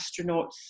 astronauts